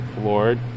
Lord